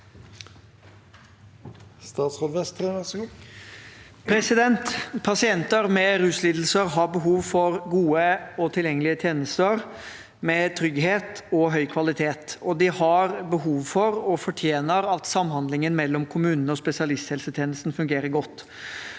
Pasienter med ruslidelser har behov for gode og tilgjengelige tjenester med trygghet og høy kvalitet, og de har behov for og fortjener at samhandlingen mellom kommunene og spesialisthelsetjenesten fungerer godt.